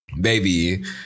baby